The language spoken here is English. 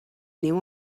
new